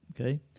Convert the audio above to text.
okay